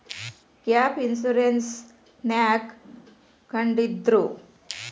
Gap insurance ನ್ಯಾಕ್ ಕಂಢಿಡ್ದ್ರು?